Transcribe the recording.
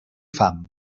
fam